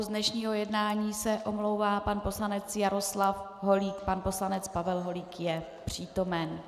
Z dnešního jednání se omlouvá pan poslanec Jaroslav Holík, pan poslanec Pavel Holík je přítomen.